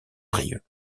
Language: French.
brieuc